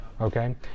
okay